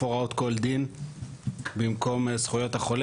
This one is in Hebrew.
הוראות כל דין" במקום "זכויות החולה".